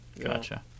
gotcha